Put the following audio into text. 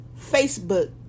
facebook